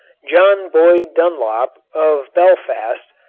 john boyd dunlop, of belfast,